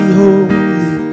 holy